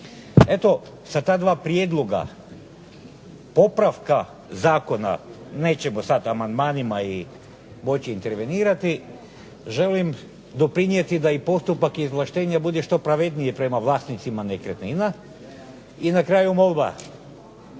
Eto sa ta dva prijedloga popravka zakona nećemo sad amandmanima i moći intervenirati, želim doprinijeti da i postupak izvlaštenja bude što pravedniji prema vlasnicima nekretnina. I na kraju molba,